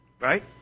Right